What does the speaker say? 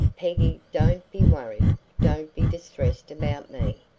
peggy, don't be worried don't be distressed about me.